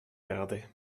erde